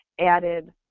added